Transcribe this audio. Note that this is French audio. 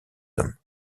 hommes